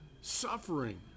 Suffering